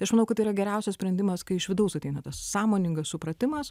aš manau kad tai yra geriausias sprendimas kai iš vidaus ateina tas sąmoningas supratimas